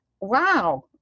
wow